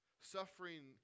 Suffering